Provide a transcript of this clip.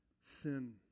sin